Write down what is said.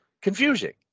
confusing